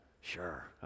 Sure